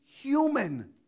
human